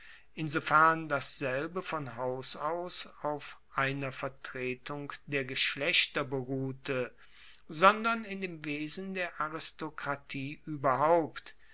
insofern dasselbe von haus aus auf einer vertretung der geschlechter beruhte sondern in dem wesen der aristokratie ueberhaupt